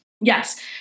Yes